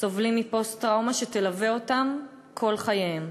סובלים מפוסט-טראומה שתלווה אותם כל חייהם.